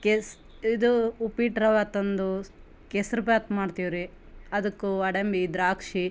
ಕೆಸ್ ಇದು ಉಪ್ಪಿಟ್ಟು ರವೆ ತಂದು ಕೇಸ್ರಿ ಭಾತ್ ಮಾಡ್ತೀವ್ರಿ ಅದಕ್ಕೂ ಗೋಡಂಬಿ ದ್ರಾಕ್ಷಿ